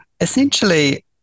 Essentially